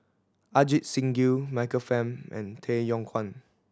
Ajit Singh Gill Michael Fam and Tay Yong Kwang